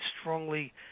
strongly